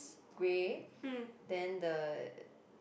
grey then the